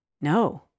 no